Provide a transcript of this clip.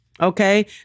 okay